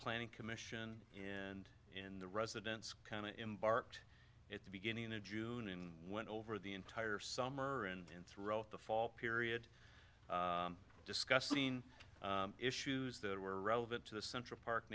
planning commission and in the residents embarked at the beginning of june and went over the entire summer and throughout the fall period discussing issues that were relevant to the central park